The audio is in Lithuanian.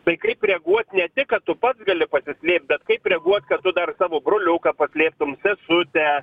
tai kaip reaguot ne tik kad tu pats gali pasislėpt bet kaip reaguot kad tu dar tavo broliuką paslėptum sesutę